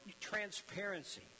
transparency